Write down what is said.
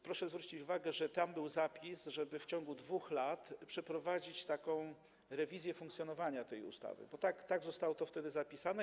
Proszę zwrócić uwagę, że tam był zapis, żeby w ciągu 2 lat przeprowadzić taką rewizję funkcjonowania tej ustawy, bo tak zostało to wtedy zapisane.